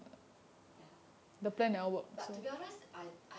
ya but to be honest